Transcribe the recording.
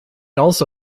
also